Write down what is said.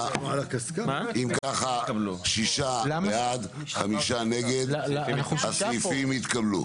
אם כך שישה בעד, חמישה נגד, הסעיפים התקבלו.